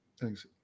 Thanks